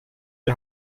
die